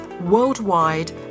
worldwide